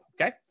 Okay